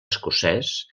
escocès